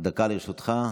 דקה לרשותך.